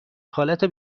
خالتو